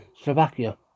Slovakia